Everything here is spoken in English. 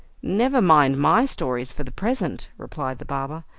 never mind my stories for the present, replied the barber,